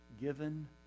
given